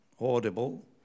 audible